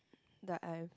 that I've